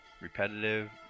repetitive